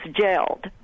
jailed